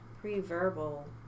pre-verbal